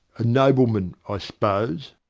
a nobleman, i spose.